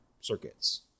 circuits